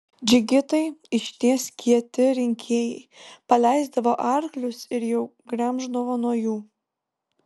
džigitai iš ties kieti rinkėjai paleisdavo arklius ir jau gremždavo nuo jų